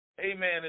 Amen